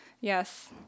yes